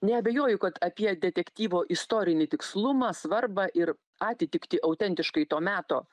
neabejoju kad apie detektyvo istorinį tikslumą svarbą ir atitiktį autentiškai to meto